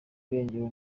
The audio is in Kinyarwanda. irengero